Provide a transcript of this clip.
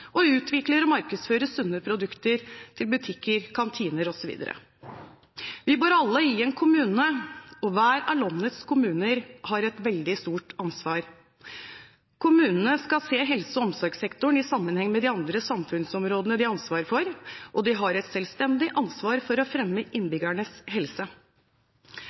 og utvikler og markedsfører sunne produkter til butikker, kantiner osv. Vi bor alle i en kommune, og hver av landets kommuner har et veldig stort ansvar. Kommunene skal se helse- og omsorgssektoren i sammenheng med de andre samfunnsområdene de har ansvar for, og de har et selvstendig ansvar for å fremme innbyggernes helse.